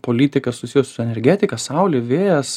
politika susijusi su energetika saulė vėjas